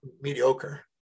mediocre